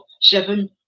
seven